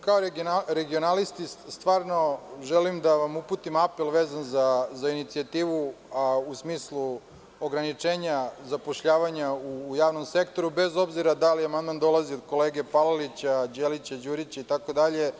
Kao regionalisti stvarno želim da vam uputim apel vezan za inicijativu, a u smislu ograničenja zapošljavanja u javnom sektoru, bez obzira da li amandman dolazi od kolege Palalića, Đelića, Đurića itd.